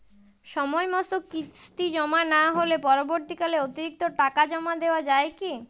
সময় মতো কিস্তি জমা না হলে পরবর্তীকালে অতিরিক্ত টাকা জমা দেওয়া য়ায় কি?